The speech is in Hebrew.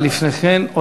אבל לפני כן,